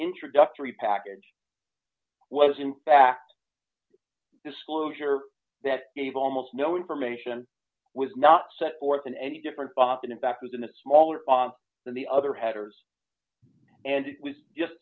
introductory package was in fact disclosure that gave almost no information was not set forth in any different and in fact was in the smaller than the other headers and it was just